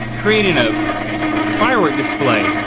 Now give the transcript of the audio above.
creating a firework display.